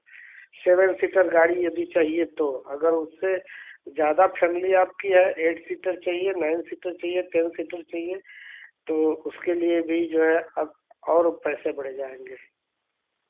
seven seater गाड़ी यदि चाहिए तो अगर उससे ज़्यादा फैमिली आपकी हैं ऐट सीटर चाहिए नाइन सीटर चाहिए टेन सीटर चाहिए तो उसके लिए भी जो है अब और पैसे बढ़ जाएँगे